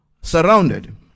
surrounded